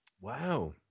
Wow